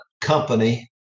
company